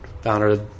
founder